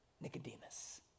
Nicodemus